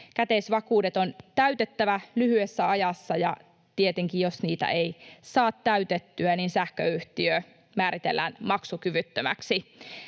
Käteisvakuudet on täytettävä lyhyessä ajassa, ja tietenkin, jos niitä ei saa täytettyä, sähköyhtiö määritellään maksukyvyttömäksi.